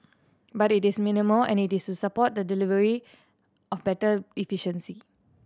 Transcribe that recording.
but it is minimal and it is to support the deliver of better efficiency